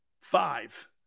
Five